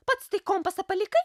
pats tai kompasą palikai